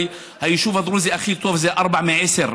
היישוב הדרוזי הכי טוב הוא 4 מ-10.